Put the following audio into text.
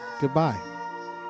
Goodbye